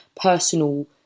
personal